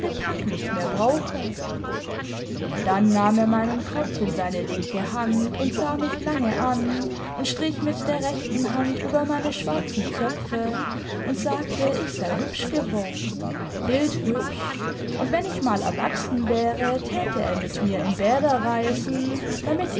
pack nicht mehr brauche dann nahm er meinen kopf in seine linke hand und sah mich lange an imd strich mit der rechten hand über meine schwarzen zöpfe und sagte ich sei hübsch geworden bildhübsch und wenn ich mal erwachsen wäre täte er mit mir in bäder reisen damit